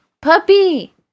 Puppy